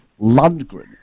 Lundgren